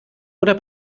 oder